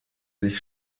sich